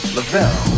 Lavelle